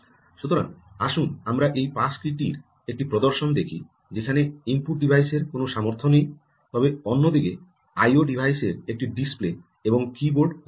সুতরাং আসুন আমরা এই পাস কী টির একটি প্রদর্শন দেখি যেখানে ইনপুট ডিভাইসের কোনও সামর্থ্য নেই তবে অন্যদিকে আই ও IO ডিভাইসের একটি ডিসপ্লে এবং কীবোর্ড রয়েছে